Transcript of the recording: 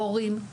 הורים,